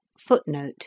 Footnote